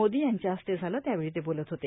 मोदी यांच्या हस्ते झालं त्यावेळी ते बोलत होते